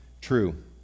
true